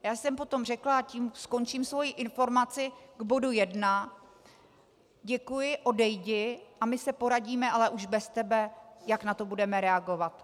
Já jsem potom řekla, a tím skončím svoji informaci k bodu jedna: Děkuji, odejdi a my se poradíme, ale už bez tebe, jak na to budeme reagovat.